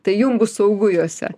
tai jum bus saugu jose